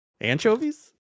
Anchovies